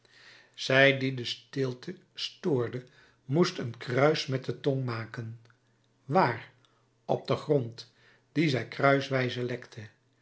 zij die de stilte stoorde moest een kruis met de tong maken waar op den grond dien zij